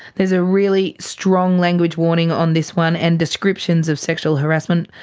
there's a really strong language warning on this one, and descriptions of sexual harassment.